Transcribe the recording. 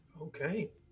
Okay